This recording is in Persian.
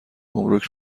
گمرک